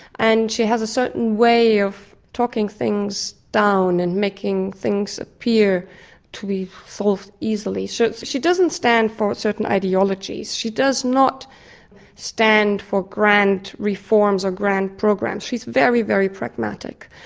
and she has a certain way of talking things down and making things appear to be solved easily. so she doesn't stand for certain ideologies. she does not stand for grand reforms or grand programs, she is very, very pragmatic,